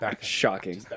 Shocking